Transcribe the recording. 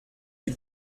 die